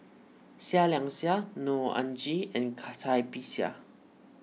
Seah Liang Seah Neo Anngee and Bixia